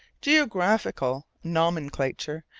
geographical nomenclature,